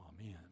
Amen